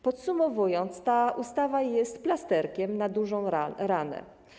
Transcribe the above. Podsumowując, ta ustawa jest plasterkiem na dużą ranę.